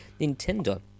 Nintendo